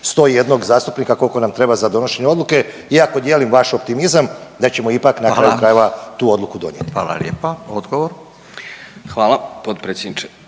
101 zastupnika koliko nam treba za donošenje odluke iako dijelim vaš optimizam da ćemo ipak na kraju krajeva …/Upadica: Hvala./… tu odluku donijeti.